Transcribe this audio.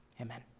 Amen